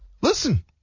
Listen